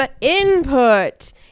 input